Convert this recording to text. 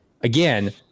Again